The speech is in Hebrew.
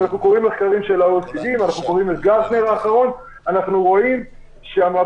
אנחנו רואים את ה-OECD ואנחנו רואים שהמהפכות